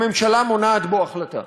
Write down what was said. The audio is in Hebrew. הממשלה מונעת בו החלטה.